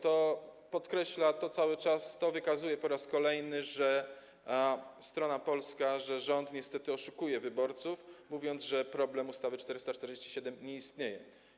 To podkreśla, to wykazuje po raz kolejny, że strona polska, że rząd niestety cały czas oszukuje wyborców, mówiąc, że problem ustawy 447 nie istnieje.